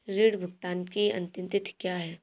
ऋण भुगतान की अंतिम तिथि क्या है?